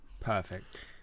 perfect